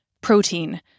protein